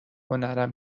هنرم